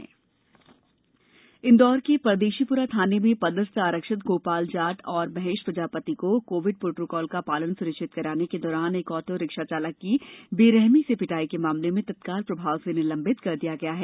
इदौर टीका इंदौर के परदेशीपुरा थाने में पदस्थ आरक्षक गोपाल जाट एवं महेश प्रजापति को कोविड प्रोटोकॉल का पालन सुनिश्चित कराने के दौरान एक आटो रिक्शा चालक की बेरहमी से पिटाई के मामले में तत्काल प्रभाव से निलंबित कर दिया है